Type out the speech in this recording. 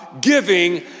giving